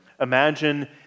imagine